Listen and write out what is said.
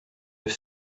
have